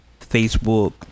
Facebook